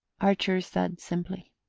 archer said simply.